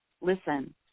listen